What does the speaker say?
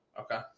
Okay